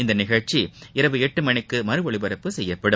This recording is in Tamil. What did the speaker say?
இந்நிகழ்ச்சி இரவு எட்டு மணிக்கு மறு ஒலிபரப்பு செய்யப்படும்